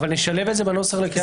נשלב את זה בנוסח לקריאה ראשונה.